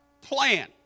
plan